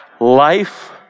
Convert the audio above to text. life